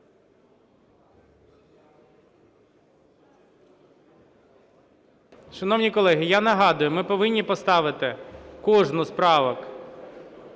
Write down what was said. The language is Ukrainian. Шановні колеги, я нагадую: ми повинні поставити кожну з